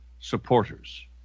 supporters